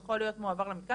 הוא יכול להיות מועבר למתקן,